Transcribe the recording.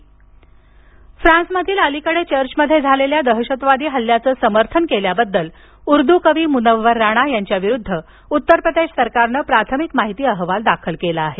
मुनव्वर राणा फ्रान्समधील अलीकडे चर्चमध्ये झालेल्या दहशतवादी हल्ल्याचं समर्थन केल्याबद्दल उर्दू कवी मुनव्वर राणा यांच्याविरुद्ध उत्तर प्रदेश सरकारनं प्राथमिक माहिती अहवाल दाखल केला आहे